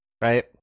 right